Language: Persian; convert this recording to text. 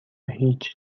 هیچ